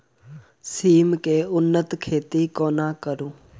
सिम केँ उन्नत खेती कोना करू?